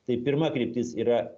tai pirma kryptis yra